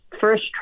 first